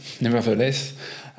nevertheless